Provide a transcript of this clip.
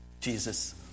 Jesus